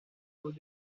hueco